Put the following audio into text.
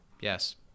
Yes